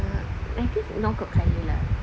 ah I think now got colour lah